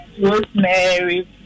rosemary